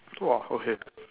!woah! okay